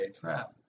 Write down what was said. crap